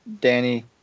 Danny